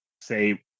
say